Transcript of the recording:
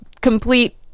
complete